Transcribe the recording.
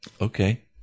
Okay